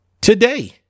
today